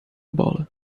bola